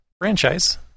franchise